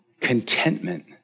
Contentment